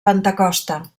pentecosta